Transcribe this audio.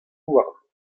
houarn